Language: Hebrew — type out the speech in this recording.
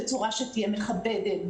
בצורה שתהיה מכבדת,